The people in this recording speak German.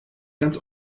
ganz